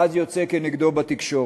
ואז יוצא כנגדו בתקשורת.